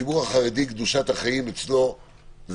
עבור הציבור החרדי קדושת החיים זה אחד